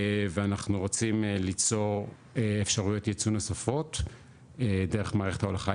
ואנחנו רוצים ליצור אפשרויות ייצוא נוספות דרך מערכת ההולכה הישראלית.